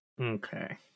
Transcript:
Okay